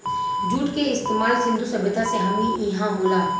जुट के इस्तमाल सिंधु सभ्यता से हमनी इहा होला